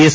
S